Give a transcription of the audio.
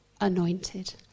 anointed